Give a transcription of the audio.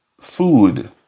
food